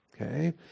okay